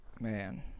Man